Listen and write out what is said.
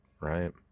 Right